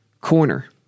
Corner